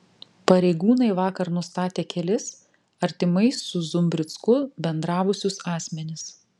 pareigūnai vakar nustatė kelis artimai su zumbricku bendravusius asmenis